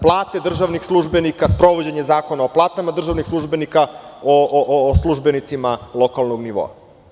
Plate državnih službenika, sprovođenje Zakona o platama državnih službenika, o službenicima lokalnog nivoa.